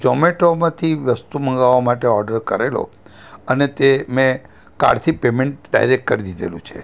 ઝોમેટોમાથી વસ્તુ મંગાવવા માટે ઓર્ડર કરેલો અને તે મેં કાર્ડથી પેમેન્ટ ડાયરેક કરી દીધેલું છે